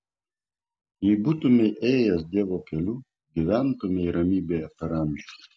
jei būtumei ėjęs dievo keliu gyventumei ramybėje per amžius